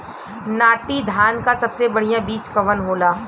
नाटी धान क सबसे बढ़िया बीज कवन होला?